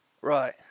Right